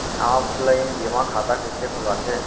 Offline जेमा खाता कइसे खोलवाथे?